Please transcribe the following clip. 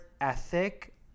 ethic